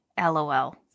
LOL